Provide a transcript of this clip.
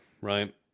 right